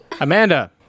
Amanda